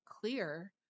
clear